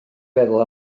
feddwl